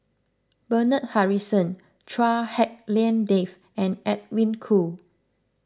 Bernard Harrison Chua Hak Lien Dave and Edwin Koo